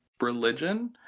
religion